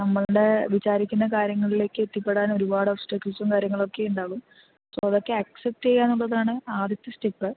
നമ്മളുടെ വിചാരിക്കുന്ന കാര്യങ്ങളിലേക്ക് എത്തിപ്പെടാൻ ഒരുപാട് ഒബ്സ്റ്റക്കൾസും കാര്യങ്ങളൊക്കെയുണ്ടാവും സോ അതൊക്കെ ആക്സെപ്റ്റ് ചെയ്യുക എന്നുള്ളതാണ് ആദ്യത്തെ സ്റ്റെപ്പ്